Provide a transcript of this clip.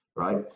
Right